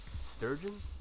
sturgeon